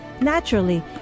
naturally